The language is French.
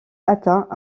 atteint